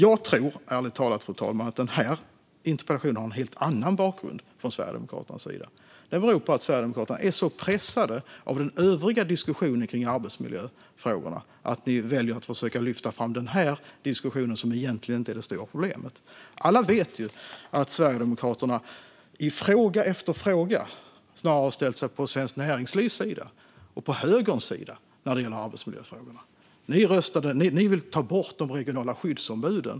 Jag tror ärligt talat att den här interpellationen har en helt annan bakgrund från Sverigedemokraternas sida. Det beror på att Sverigedemokraterna är så pressade av den övriga diskussionen om arbetsmiljöfrågorna att ni väljer att försöka lyfta fram den här diskussionen som egentligen inte är det stora problemet. Alla vet ju att Sverigedemokraterna i fråga efter fråga snarare har ställt sig på Svenskt Näringslivs och högerns sida när det gäller arbetsmiljöfrågorna. Ni vill ta bort de regionala skyddsombuden.